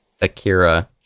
Akira